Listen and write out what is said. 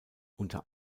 unter